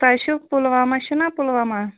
تۄہہِ چھُو پُلواما چھُنا پُلواما